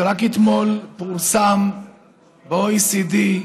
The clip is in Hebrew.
שרק אתמול פורסם דוח ה-OECD,